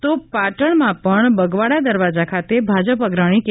તો પાટણમાં પણ બગવાડા દરવાજા ખાતે ભાજપ અગ્રણી કે